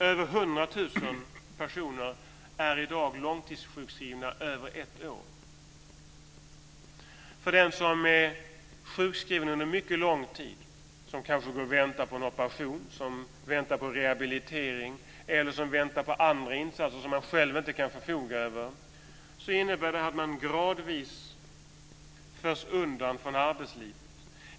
Över 100 000 personer är i dag långtidssjukskrivna över ett år. För den som är sjukskriven under mycket lång tid, som kanske går och väntar på en operation, som väntar på rehabilitering eller som väntar på andra insatser som man själv inte kan förfoga över innebär det att man gradvis förs undan från arbetslivet.